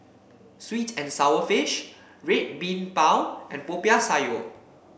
sweet and sour fish Red Bean Bao and Popiah Sayur